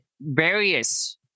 various